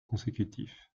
consécutif